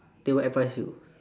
they will advise you